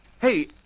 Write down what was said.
Hey